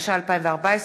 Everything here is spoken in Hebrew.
התשע"ה 2014,